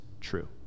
true